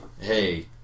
hey